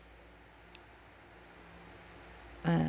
uh